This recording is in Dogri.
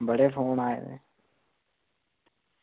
बड़े फोन आए दे